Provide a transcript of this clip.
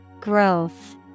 Growth